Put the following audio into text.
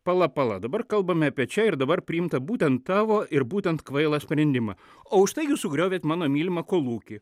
pala pala dabar kalbame apie čia ir dabar priimta būtent tavo ir būtent kvailą sprendimą o už tai jūs sugriovėt mano mylimą kolūkį